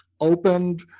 opened